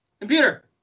Computer